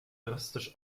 drastisch